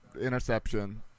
interception